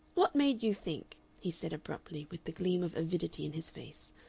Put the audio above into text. what made you think he said, abruptly, with the gleam of avidity in his face,